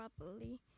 properly